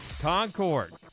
Concord